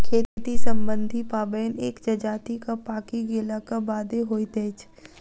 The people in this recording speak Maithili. खेती सम्बन्धी पाबैन एक जजातिक पाकि गेलाक बादे होइत अछि